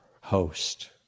host